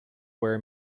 where